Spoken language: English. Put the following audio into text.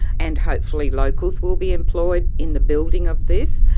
and hopefully locals will be employed in the building of this,